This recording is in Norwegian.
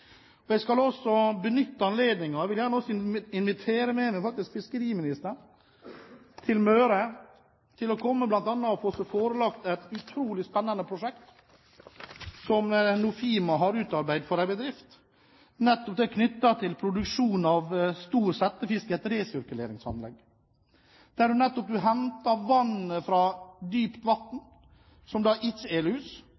Jeg vil også benytte anledningen til faktisk å invitere med meg fiskeriministeren til Møre, hvor hun kan komme og få seg forelagt et utrolig spennende prosjekt som Nofima har utarbeidet for en bedrift. Det er knyttet til produksjon av stor settefisk i et resirkuleringsanlegg, der en nettopp henter vannet fra